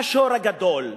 מהשור הגדול.